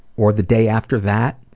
or the day after that,